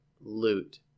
loot